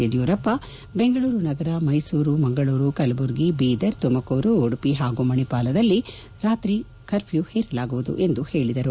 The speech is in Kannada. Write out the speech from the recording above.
ಯಡಿಯೂರಪ್ಪ ಬೆಂಗಳೂರು ನಗರ ಮೈಸೂರು ಮಂಗಳೂರು ಕಲಬುರ್ಗಿ ಬೀದರ್ ತುಮಕೂರು ಉಡುಪಿ ಹಾಗೂ ಮಣಿಪಾಲದಲ್ಲಿ ರಾತ್ರಿ ಕರ್ಪ್ಯ ಹೇರಲಾಗುವುದು ಎಂದು ಹೇಳಿದರು